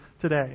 today